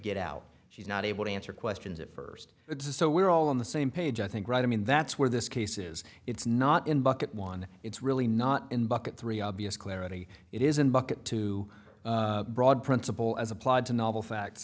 get out she's not able to answer questions at first it's so we're all on the same page i think right i mean that's where this case is it's not in bucket one it's really not in bucket three obvious clarity it isn't bucket to broad principle as applied to novel facts